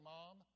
Mom